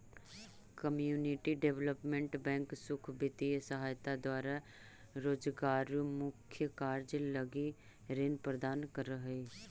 community development bank सुख वित्तीय सहायता द्वारा रोजगारोन्मुख कार्य लगी ऋण प्रदान करऽ हइ